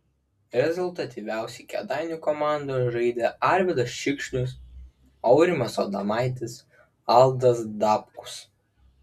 rezultatyviausiai kėdainių komandoje žaidė arvydas šikšnius aurimas adomaitis aldas dabkus